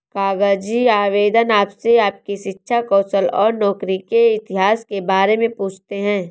कागजी आवेदन आपसे आपकी शिक्षा, कौशल और नौकरी के इतिहास के बारे में पूछते है